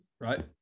right